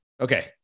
Okay